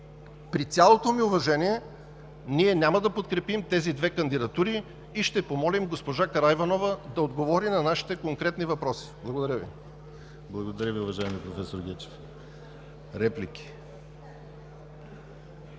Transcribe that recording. При цялото ни уважение, ние няма да подкрепим тези две кандидатури и ще помолим госпожа Караиванова да отговори на нашите конкретни въпроси. Благодаря Ви. ПРЕДСЕДАТЕЛ ДИМИТЪР ГЛАВЧЕВ: Благодаря Ви, уважаеми проф. Гечев. Реплики?